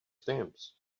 stamps